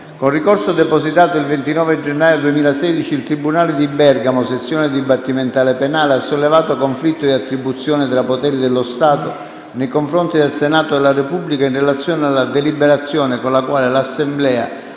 Con ricorso depositato il 29 gennaio 2016, il tribunale di Bergamo - sezione dibattimentale penale, ha sollevato conflitto di attribuzione tra poteri dello Stato nei confronti del Senato della Repubblica in relazione alla deliberazione con la quale l'Assemblea,